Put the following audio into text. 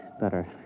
Better